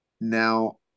now